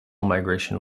migration